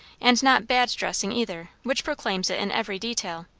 and not bad dressing either, which proclaims it in every detail.